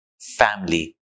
family